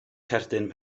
cerdyn